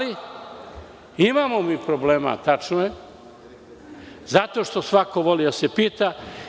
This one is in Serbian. Imamo mi problema, tačno je, zato što svako voli da se pita.